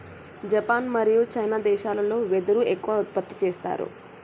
Japan మరియు China దేశాలల్లో వెదురు ఎక్కువ ఉత్పత్తి చేస్తారు